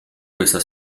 questa